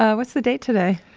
ah what's the date today?